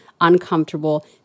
uncomfortable